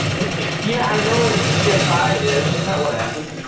yeah i know what a gfi is. that's not what happened.